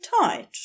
tight